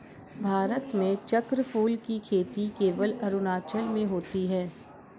भारत में चक्रफूल की खेती केवल अरुणाचल में होती है